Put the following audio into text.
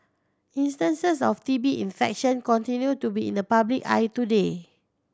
instances of T B infection continue to be in the public eye today